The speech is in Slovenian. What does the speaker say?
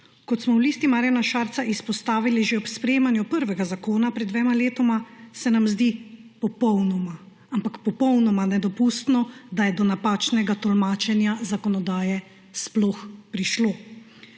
Kot smo v Listi Marjana Šarca izpostavili že ob sprejemanju prvega zakona pred dvema letoma, se nam zdi popolnoma, ampak popolnoma nedopustno, da je do napačnega tolmačenja zakonodaje sploh prišlo.